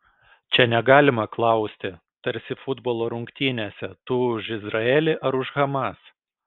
čia negalima klausti tarsi futbolo rungtynėse tu už izraelį ar už hamas